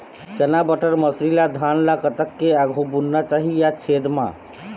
चना बटर मसरी ला धान ला कतक के आघु बुनना चाही या छेद मां?